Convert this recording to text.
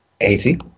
eighty